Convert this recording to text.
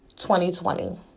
2020